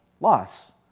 loss